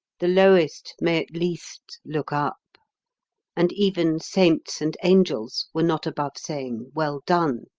the lowest may at least look up and even saints and angels were not above saying, well done!